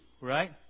Right